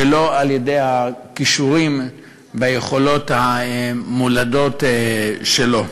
ולא על-ידי הכישורים והיכולות המולדות שלו.